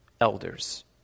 elders